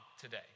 today